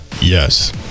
Yes